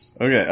Okay